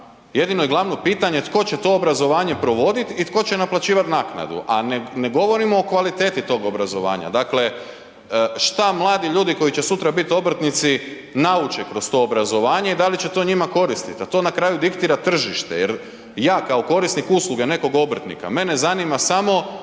jedino i glavno pitanje tko će to obrazovanje provoditi i tko će naplaćivati naknadu, a ne govorimo o kvaliteti tog obrazovanja, dakle, što mladi ljudi koji će sutra biti obrtnici nauče kroz to obrazovanje i dali će to njima koristiti, a to na kraju diktira tržište jer ja kao korisnik usluge nekog obrtnika, mene zanima samo